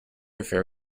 affair